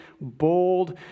bold